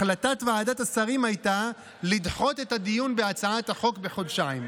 החלטת ועדת השרים הייתה לדחות את הדיון בהצעת החוק בחודשיים.